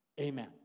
Amen